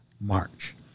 March